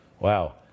Wow